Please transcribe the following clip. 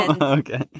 Okay